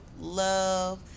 love